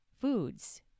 foods